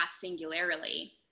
singularly